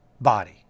body